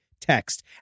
text